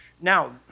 Now